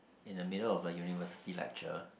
in a middle of a university lecture